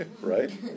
right